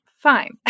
fine